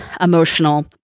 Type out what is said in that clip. emotional